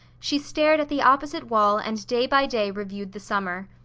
she stared at the opposite wall and day by day reviewed the summer.